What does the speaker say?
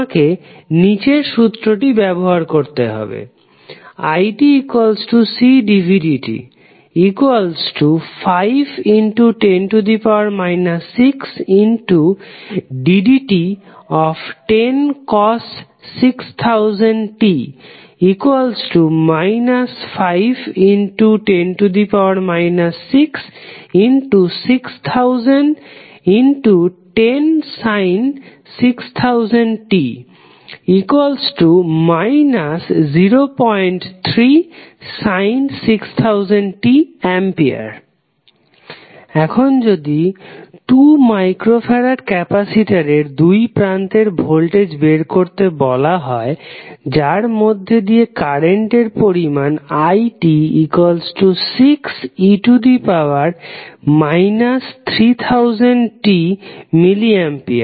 তোমাকে নিচের সূত্রটি ব্যবহার করতে হবে itCdvdt510 6ddt106000t 510 66000106000t 036000t A এখন যদি 2μF ক্যাপাসিটরের দুই প্রান্তের ভোল্টেজ বের করতে বলা হয় যার মধ্যে দিয়ে কারেন্টের পরিমাণ it6e 3000tmA